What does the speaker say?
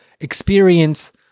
experience